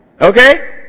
Okay